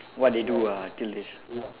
what they do ah until this